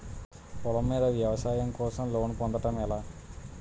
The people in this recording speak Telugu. పొలం మీద వ్యవసాయం కోసం లోన్ పొందటం ఎలా?